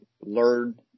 learn